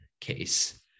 case